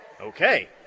Okay